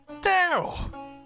Daryl